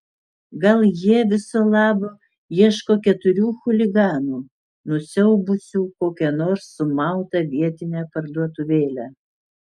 gal jie viso labo ieško keturių chuliganų nusiaubusių kokią nors sumautą vietinę parduotuvėlę